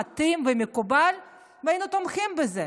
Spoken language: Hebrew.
מתאים ומקובל והיינו תומכים בזה.